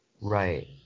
Right